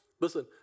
listen